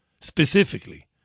specifically